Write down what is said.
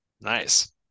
Nice